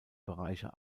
bereiche